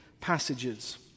passages